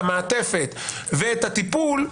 את המעטפת ואת הטיפול,